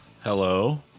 Hello